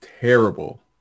terrible